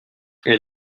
elle